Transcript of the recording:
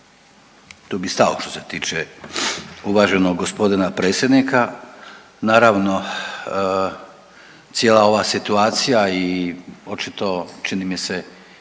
Tu bi stao što se tiče uvaženog gospodina predsjednika. Naravno cijela ova situacija i očito čini mi se